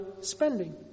spending